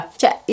cioè